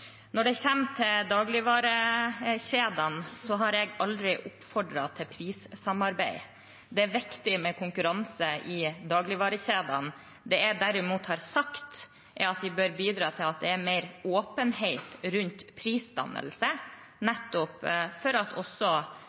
Når det gjelder dagligvarekjedene, har jeg aldri oppfordret til prissamarbeid. Det er viktig med konkurranse i dagligvarekjedene. Det jeg derimot har sagt, er at de bør bidra til at det er mer åpenhet rundt prisdannelse, nettopp for at også